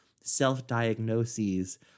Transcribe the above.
self-diagnoses